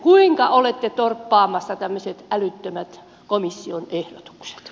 kuinka olette torppaamassa tämmöiset älyttömät komission ehdotukset